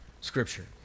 scripture